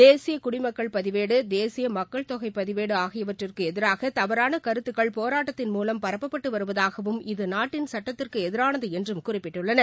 தேசிய குடிமக்கள் பதிவேடு தேசிய மக்கள் தொகை பதிவேடு ஆகியவற்றிற்கு எதிராக தவறாள கருத்துகள் போராட்டத்தின் மூலம் பரப்பப்பட்டு வருவதாகவும் இது நாட்டின் சட்டத்திற்கு எதிரானது என்றும் குறிப்பிட்டுள்ளனர்